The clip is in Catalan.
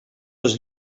les